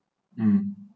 um